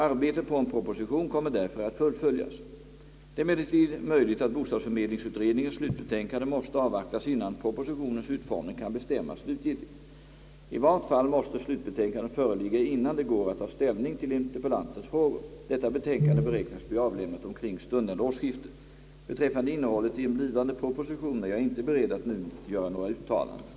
Arbetet på en proposition kommer därför att fullföljas. Det är emellertid möjligt att bostadsförmedlingsutredningens slutbetänkande måste avvaktas innan propositionens utformning kan bestämmas slutgiltigt. I vart fall måste slutbetänkandet föreligga innan det går att ta ställning till interpellantens frågor. Detta betänkande beräknas bli avlämnat omkring stundande årsskifte. Beträffande innehållet i en blivande proposition är jag inte beredd att nu göra några uttalanden.